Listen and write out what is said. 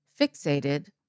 fixated